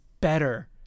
better